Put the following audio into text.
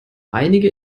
einige